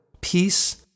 peace